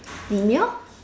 demure